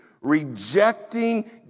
rejecting